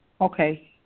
okay